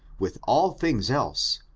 with all things else,